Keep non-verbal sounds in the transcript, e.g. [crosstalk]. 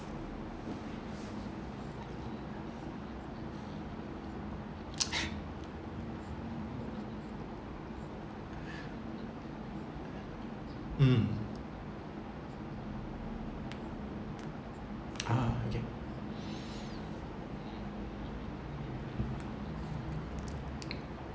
mm ah okay [breath]